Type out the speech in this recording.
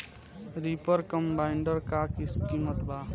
Reaper combiner का किमत बा?